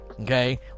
Okay